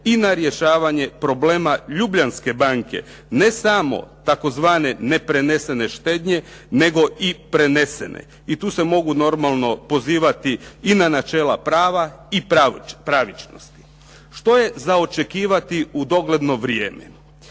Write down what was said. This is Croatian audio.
i na rješavanje problema Ljubljanske banke, ne samo tzv. neprenesene štednje, nego i prenese i tu se mogu normalno pozivati i na načela prava i pravičnosti. Što je za očekivati u dogledno vrijeme?